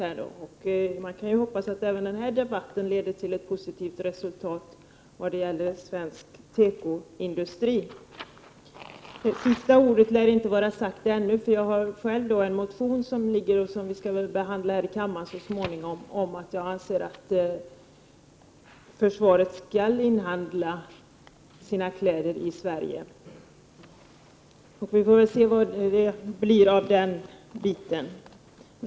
Man kan hoppas att även denna debatt leder till ett positivt resultat i vad gäller svensk tekoindustri. Sista ordet lär inte vara sagt ännu. Jag har själv väckt en motion, som skall behandlas i kammaren så småningom, om att jag anser att försvaret skall inhandla sina kläder i Sverige. Vi får se vad det blir av den biten.